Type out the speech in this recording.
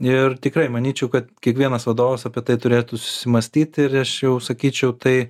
ir tikrai manyčiau kad kiekvienas vadovas apie tai turėtų susimąstyti ir aš jau sakyčiau tai